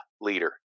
leader